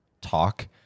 talk